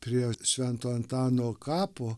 prie švento antano kapo